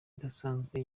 idasanzwe